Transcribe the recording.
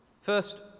First